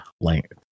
length